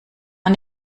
man